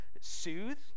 soothe